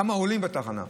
כמה עולים בתחנה?